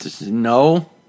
No